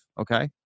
okay